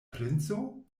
princo